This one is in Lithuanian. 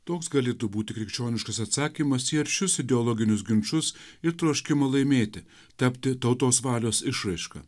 toks galėtų būti krikščioniškas atsakymas į aršius ideologinius ginčus ir troškimą laimėti tapti tautos valios išraiška